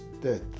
death